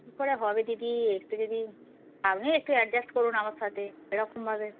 কী করে হবে দিদি একটু যদি আপনিও একটু অ্যাডজাস্ট করুন আমার সাথে এরকমভাবে